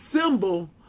symbol